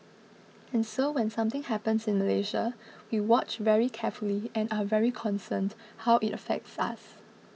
and so when something happens in Malaysia we watch very carefully and are very concerned how it affects us